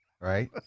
Right